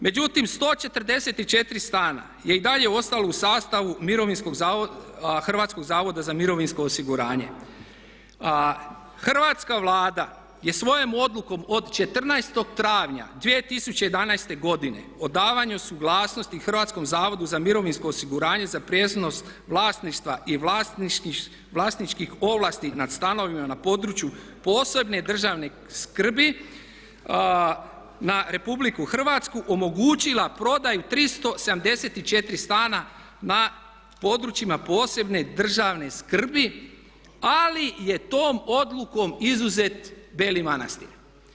Međutim, 144 stana je i dalje ostalo u sastavu Hrvatskog zavoda za mirovinsko osiguranje a hrvatska Vlada je svojom odlukom od 14. travnja 2011. godine o davanju suglasnosti Hrvatskom zavodu za mirovinsko osiguranje za prijenos vlasništva i vlasničkih ovlasti nad stanovima na području posebne državne skrbi na RH omogućila prodaju 374 stana na područjima od posebne državne skrbi ali je tom odlukom izuzet Beli Manastir.